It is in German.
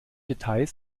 details